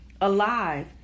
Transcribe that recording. alive